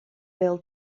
bêl